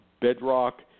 bedrock